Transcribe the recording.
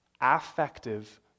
affective